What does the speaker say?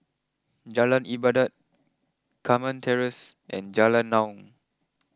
Jalan Ibadat Carmen Terrace and Jalan Naung